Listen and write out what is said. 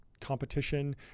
competition